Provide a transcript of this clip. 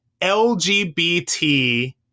LGBT